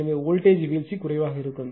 எனவே வோல்டேஜ் வீழ்ச்சி குறைவாக இருக்கும்